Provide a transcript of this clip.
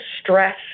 stress